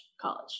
college